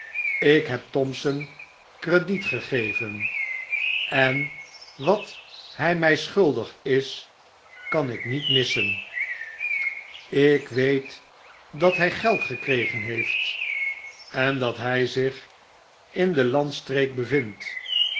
ik heb thompson krediet gegeven en wat hjj mfl schuldig is kan ik niet missen ik weet dat hj geld gekregen heeft en dat hg zich in de landstreek bevindt